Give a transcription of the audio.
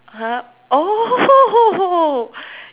!huh! oh